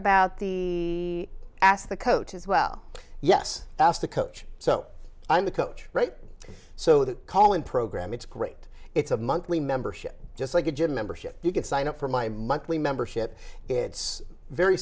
about the ask the coach as well yes ask the coach so i'm the coach right so the call in program it's great it's a monthly membership just like a gym membership you can sign up for my monthly membership it's very